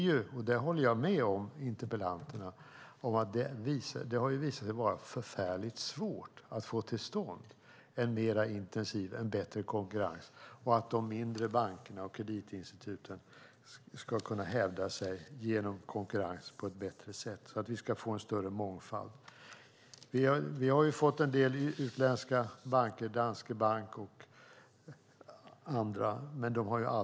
Jag håller med debattörerna om att det har visat sig vara förfärligt svårt att få till stånd bättre konkurrens och se till att de mindre bankerna och kreditinstituten kan hävda sig genom konkurrens på ett bättre sätt, för att vi ska få en större mångfald. Vi har fått en del utländska banker, som Danske Bank.